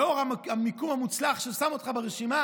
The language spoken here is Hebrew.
לאור המיקום המוצלח שהוא שם אותך ברשימה,